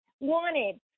Wanted